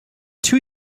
two